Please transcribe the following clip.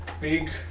big